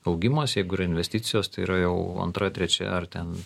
augimas jeigu yra investicijos tai yra jau antra trečia ar ten